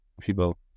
People